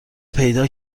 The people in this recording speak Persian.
پیدا